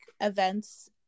events